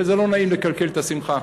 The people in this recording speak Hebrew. וזה לא נעים לקלקל את השמחה.